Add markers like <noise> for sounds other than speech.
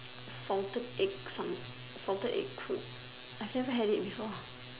salted egg <unintelligible> salted egg food I've never had it before